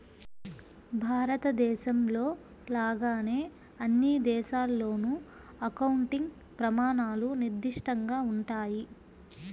భారతదేశంలో లాగానే అన్ని దేశాల్లోనూ అకౌంటింగ్ ప్రమాణాలు నిర్దిష్టంగా ఉంటాయి